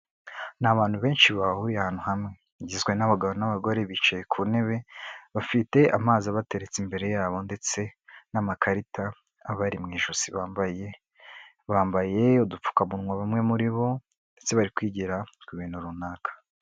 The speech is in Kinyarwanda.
Ni abantu benshi bahuriye ahantu hamwe, igizwe n'abagabo n'abagore bicaye ku ntebe bafite amazi bateretse imbere yabo, ndetse n'amakarita abari mu ijosi bambaye bambaye udupfukamunwa bamwe muri bo ndetse bari kwigira ku bintu runaka.